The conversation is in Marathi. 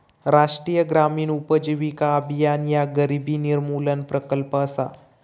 राष्ट्रीय ग्रामीण उपजीविका अभियान ह्या गरिबी निर्मूलन प्रकल्प असा